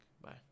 bye